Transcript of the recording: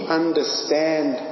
understand